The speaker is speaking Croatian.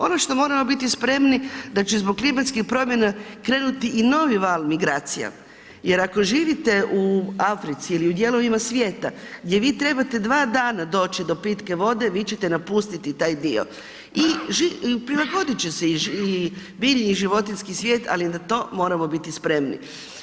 Ono što moramo biti spremni da će zbog klimatskih promjena krenuti i novi val migracija jer ako živite u Africi ili u dijelovima svijeta gdje vi trebate dva dana doći do pitke vode, vi ćete napustiti taj dio i prilagodit će se i biljni, i životinjski svijet, ali na to moramo biti spremni.